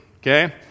okay